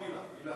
סליחה, עוד מילה.